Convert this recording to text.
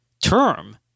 term